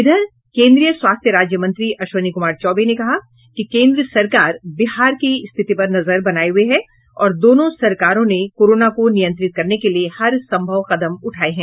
इधर केन्द्रीय स्वास्थ्य राज्य मंत्री अश्विनी कुमार चौबे ने कहा कि केंद्र सरकार बिहार की स्थिति पर नजर बनाए हुए है और दोनों सरकारों ने कोरोना को नियंत्रित करने के लिए हरसंभव कदम उठाए हैं